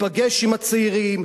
תיפגש עם הצעירים,